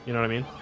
you know, i mean